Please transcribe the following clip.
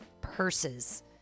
purses